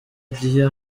igihe